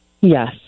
Yes